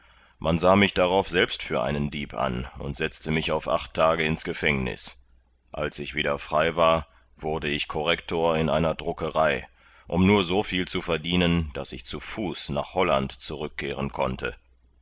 man sah mich darauf selbst für einen dieb an und setzte mich auf acht tage ins gefängniß als ich wieder frei war wurde ich corrector in einer druckerei um nur soviel zu verdienen daß ich zu fuß nach holland zurückkehren konnte